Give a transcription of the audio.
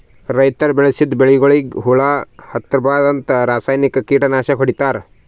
ರೈತರ್ ಬೆಳದಿದ್ದ್ ಬೆಳಿಗೊಳಿಗ್ ಹುಳಾ ಹತ್ತಬಾರ್ದ್ಂತ ರಾಸಾಯನಿಕ್ ಕೀಟನಾಶಕ್ ಹೊಡಿತಾರ್